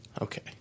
Okay